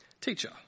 Teacher